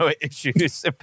issues